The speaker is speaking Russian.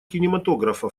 кинематографа